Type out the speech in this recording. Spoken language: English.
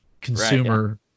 consumer